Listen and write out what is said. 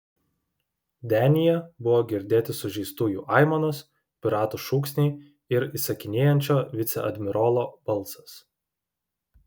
denyje buvo girdėti sužeistųjų aimanos piratų šūksniai ir įsakinėjančio viceadmirolo balsas